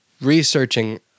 researching